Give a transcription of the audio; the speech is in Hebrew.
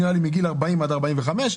נראה לי מגיל 40 עד 45,